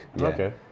Okay